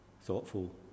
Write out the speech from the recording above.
thoughtful